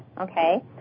okay